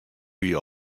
wie